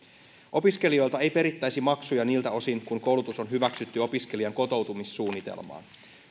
opiskelijoilta ei perittäisi maksuja niiltä osin kun koulutus on hyväksytty opiskelijan kotoutumissuunnitelmaan